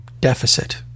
Deficit